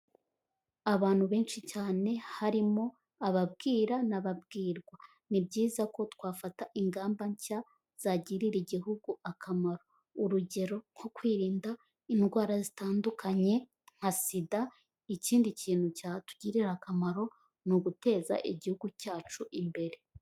Abantu benshi cyane harimo ababwira n'ababwirwa. Ni byiza ko twafata ingamba nshya zagirira igihugu akamaro. Urugero nko kwirinda indwara zitandukanye nka SIDA, ikindi kintu cyatugirira akamaro ni uguteza igihugu cyacu imbere.